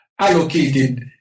allocated